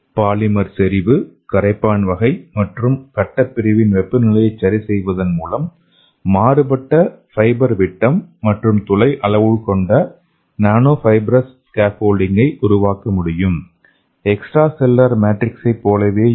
polymer செறிவு கரைப்பான் வகை மற்றும் கட்டப் பிரிவின் வெப்பநிலையை சரிசெய்வதன் மூலம் மாறுபட்ட ஃபைபர் விட்டம் மற்றும் துளை அளவு கொண்ட நானோ ஃபைப்ரஸ் ஸ்கேஃபோல்டிங்கை உருவாக்க முடியும்